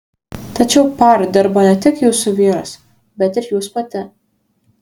tačiau par dirbo ne tik jūsų vyras bet ir jūs pati